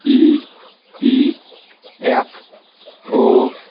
E P F O